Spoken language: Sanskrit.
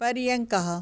पर्यङ्कः